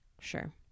Sure